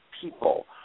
people